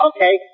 Okay